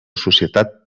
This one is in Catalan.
societat